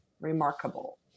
remarkable